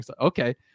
okay